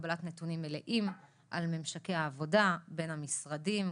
וקבלת נתונים מלאים על ממשקי העבודה בין המשרדים,